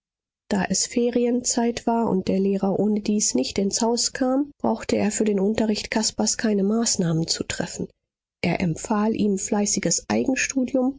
da es ferienzeit war und der lehrer ohnedies nicht ins haus kam brauchte er für den unterricht caspars keine maßnahmen zu treffen er empfahl ihm fleißiges